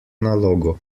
nalogo